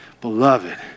Beloved